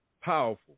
Powerful